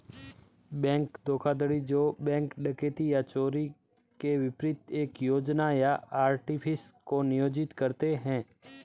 bank धोखाधड़ी जो bank डकैती या चोरी के विपरीत एक योजना या आर्टिफिस को नियोजित करते हैं